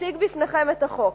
אציג בפניכם את החוק.